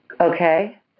Okay